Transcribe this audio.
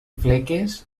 fleques